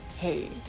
hey